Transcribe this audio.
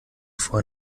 vorher